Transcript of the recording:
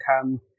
come